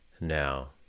Now